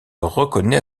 reconnaît